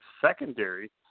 secondary